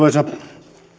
arvoisa